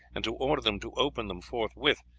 and to order them to open them forthwith,